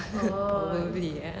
probably ya